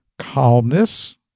Calmness